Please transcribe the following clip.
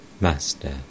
Master